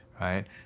right